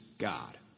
God